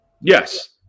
Yes